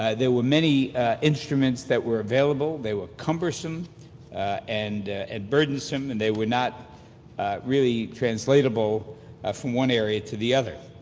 ah there were many instruments that were available, they were cumbersome and and burdensome, and they were not really translatable from one area to the other.